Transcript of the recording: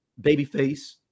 Babyface